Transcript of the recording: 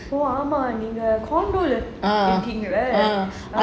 ஆமா நீங்க:aamaa neenga condominium இருக்கீங்கல்ல:irukeengalla